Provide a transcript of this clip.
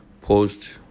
post